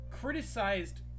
criticized